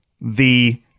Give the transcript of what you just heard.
the-